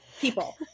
people